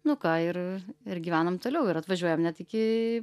nu ką ir ir gyvenam toliau ir atvažiuojam net iki